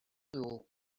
dugu